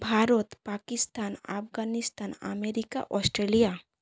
Bharat Pakistan Afghanistan America Australia